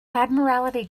admiralty